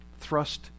thrust